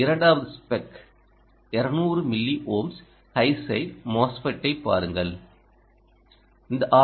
இரண்டாவது spec 200 milliohms high side மோஸ்ஃபெட்ஐ பாருங்கள் இந்த ஆர்